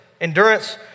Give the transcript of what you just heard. Endurance